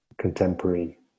contemporary